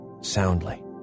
soundly